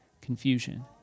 confusion